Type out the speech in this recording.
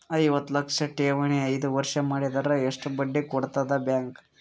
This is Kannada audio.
ಐವತ್ತು ಲಕ್ಷ ಠೇವಣಿ ಐದು ವರ್ಷ ಮಾಡಿದರ ಎಷ್ಟ ಬಡ್ಡಿ ಕೊಡತದ ಬ್ಯಾಂಕ್?